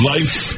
Life